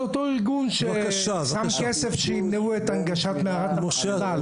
זה אותו ארגון ששם כסף שימנעו את הנגשת מערת המכפלה,